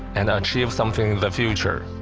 and achieve something in the future.